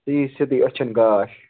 ژےٚ یِیِی سیوٚدُے أچھَن گاش